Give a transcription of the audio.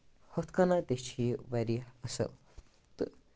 ہُتھٕ کٔنٮ۪تھ تہِ چھُ یہِ واریاہ اَصٕل تہٕ